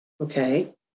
okay